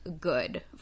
good